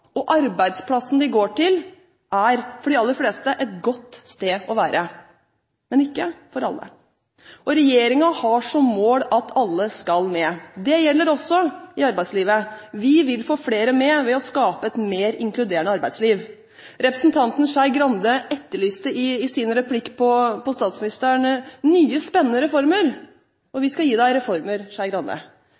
land. Arbeidsplassen de går til, er, for de aller fleste, et godt sted å være, men ikke for alle. Regjeringen har som mål at alle skal med. Det gjelder også i arbeidslivet. Vi vil få flere med ved å skape et mer inkluderende arbeidsliv. Representanten Skei Grande etterlyste i sin replikk til statsministeren nye spennende reformer. Vi skal gi deg reformer, Skei Grande!